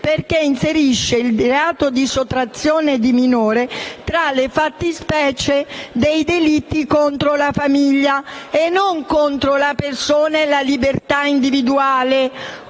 perché inserisce il reato di sottrazione di minore tra le fattispecie dei delitti contro la famiglia e non contro la persona o la libertà individuale,